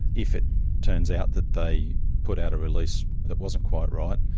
if it turns out that they put out a release that wasn't quite right,